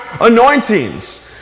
anointings